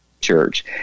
church